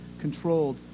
controlled